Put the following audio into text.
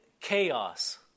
chaos